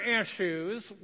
issues